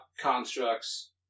constructs